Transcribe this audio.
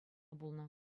пулнӑ